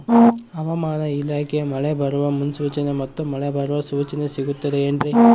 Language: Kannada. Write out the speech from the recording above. ಹವಮಾನ ಇಲಾಖೆ ಮಳೆ ಬರುವ ಮುನ್ಸೂಚನೆ ಮತ್ತು ಮಳೆ ಬರುವ ಸೂಚನೆ ಸಿಗುತ್ತದೆ ಏನ್ರಿ?